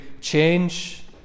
change